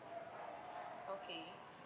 okay